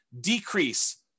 decrease